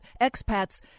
expats